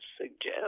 suggest